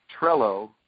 Trello